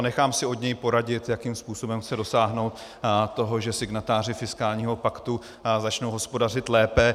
Nechám si od něj poradit, jakým způsobem chce dosáhnout toho, že signatáři fiskálního paktu začnou hospodařit lépe.